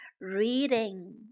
reading